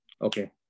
Okay